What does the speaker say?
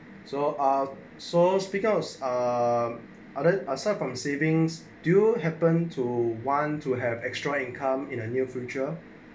so ah so because other aside from savings do happen to one to have extra income in the near future